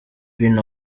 pin